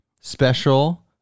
special